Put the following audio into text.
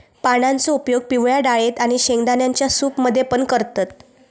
पानांचो उपयोग पिवळ्या डाळेत आणि शेंगदाण्यांच्या सूप मध्ये पण करतत